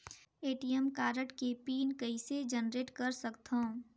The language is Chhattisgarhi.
ए.टी.एम कारड के पिन कइसे जनरेट कर सकथव?